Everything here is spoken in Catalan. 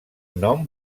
nom